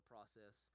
process